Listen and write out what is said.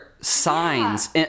signs